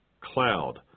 cloud